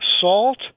salt